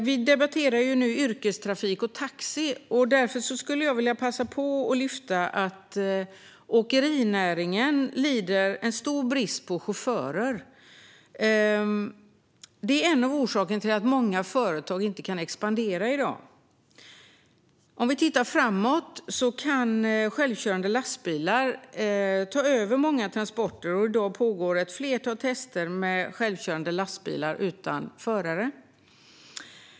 Vi debatterar nu yrkestrafik och taxi, och därför skulle jag vilja passa på att lyfta frågan om att åkerinäringen lider stor brist på chaufförer. Det är en av orsakerna till att många företag inte kan expandera i dag. I framtiden kan självkörande lastbilar ta över många transporter, och i dag pågår ett flertal tester med självkörande lastbilar utan förare.